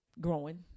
growing